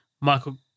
Michael